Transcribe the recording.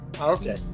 okay